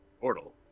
Portal